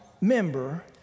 member